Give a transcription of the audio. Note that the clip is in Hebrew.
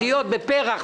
--- ויותר חמור מזה,